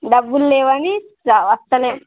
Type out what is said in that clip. డబ్బులు లేవని రా వస్తాలే